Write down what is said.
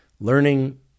learning